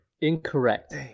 Incorrect